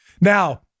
Now